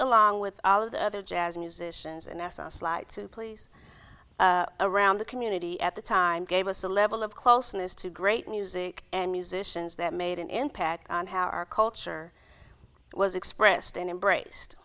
along with all of the other jazz musicians and asked us to please around the community at the time gave us a level of closeness to great music and musicians that made an impact on how our culture was e